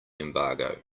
embargo